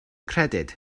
credyd